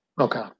Okay